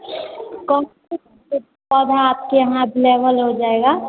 कौन कौन स पौधा आपके यहाँ अवलेवल हो जाएगा